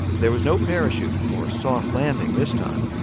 there was no parachute or soft landing this time.